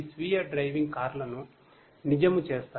స్వతంత్ర డ్రైవింగ్ కార్లను నిజము చేస్తాయి